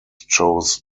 chose